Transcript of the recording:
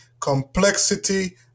complexity